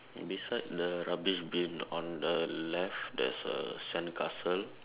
and beside the rubbish bin on the left there's a sandcastle